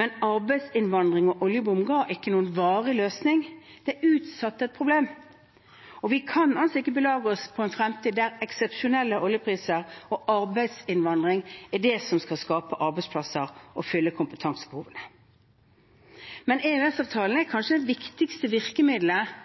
men arbeidsinnvandring og oljeboom ga ikke noen varig løsning. Det utsatte et problem. Vi kan ikke belage oss på en fremtid der det er eksepsjonelle oljepriser og arbeidsinnvandring som skal skape arbeidsplasser og fylle kompetansebehovene. EØS-avtalen er kanskje det viktigste virkemiddelet